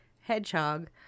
Hedgehog